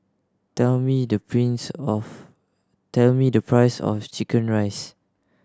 tell me the of tell me the price of chicken rice